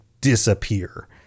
disappear